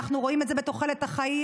אנחנו רואים את זה בתוחלת החיים,